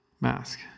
mask